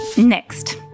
Next